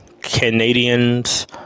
Canadians